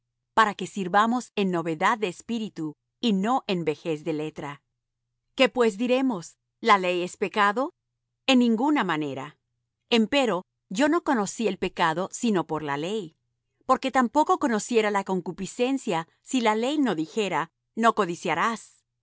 para que sirvamos en novedad de espíritu y no en vejez de letra qué pues diremos la ley es pecado en ninguna manera empero yo no conocí el pecado sino por la ley porque tampoco conociera la concupiscencia si la ley no dijera no codiciarás